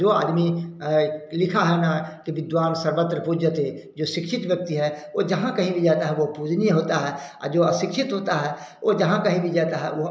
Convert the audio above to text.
जो आदमी लिखा है ना कि बिद्वान सर्वत्र पूज्यते जो शिक्षित व्यक्ति है वह जहाँ कहीं भी जाता है वह पूजनीय होता है आ जो अशिक्षित होता है वह जहाँ कहीं भी जाता है वह